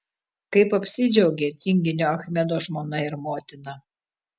kaip apsidžiaugė tinginio achmedo žmona ir motina